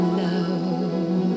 love